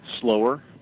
slower